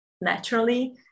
naturally